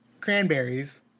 Cranberries